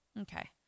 okay